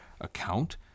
account